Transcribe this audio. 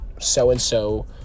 so-and-so